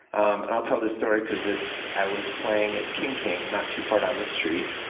um and i'll tell the story because it's i was playing at king king, not too far down the street.